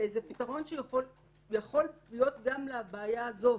פתרון שיכול להיות גם לבעיה הזאת.